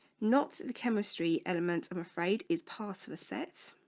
not the chemistry elements. i'm afraid is part of the set